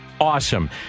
Awesome